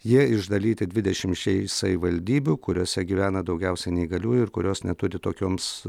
jie išdalyti dvidešimčiai savivaldybių kuriose gyvena daugiausiai neįgaliųjų ir kurios neturi tokioms